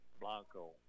Blanco